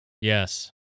Yes